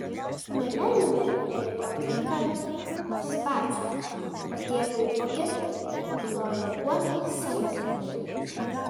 mane nuvedė miegoti į kambarį pas batsiuvius o tėvui ogintai paklojo guolį savo kambaryje